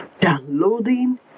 downloading